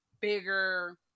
bigger